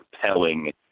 compelling